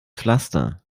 pflaster